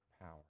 power